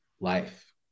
life